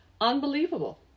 Unbelievable